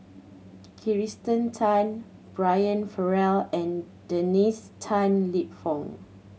Kirsten Tan Brian Farrell and Dennis Tan Lip Fong